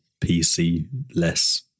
PC-less